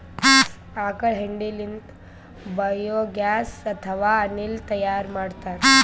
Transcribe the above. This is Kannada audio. ಆಕಳ್ ಹೆಂಡಿ ಲಿಂತ್ ಬಯೋಗ್ಯಾಸ್ ಅಥವಾ ಅನಿಲ್ ತೈಯಾರ್ ಮಾಡ್ತಾರ್